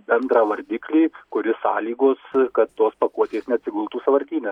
bendrą vardiklį kuris sąlygos kad tos pakuotės neatsigultų sąvartyne